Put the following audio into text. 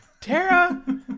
Tara